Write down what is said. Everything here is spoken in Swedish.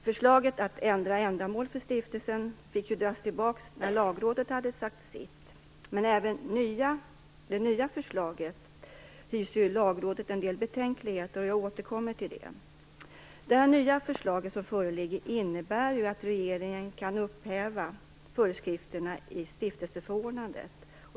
Förslaget att ändra ändamål för stiftelsen fick dras tillbaka när lagrådet hade sagt sitt. Men även när det gäller det nya förslaget hyser lagrådet en del betänkligheter. Jag återkommer till det. Det nya förslag som föreligger innebär att regeringen kan upphäva föreskrifterna i stiftelseförordnandet.